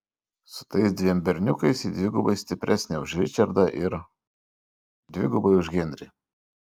su tais dviem berniukais ji dvigubai stipresnė už ričardą ir dvigubai už henrį